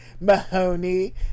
Mahoney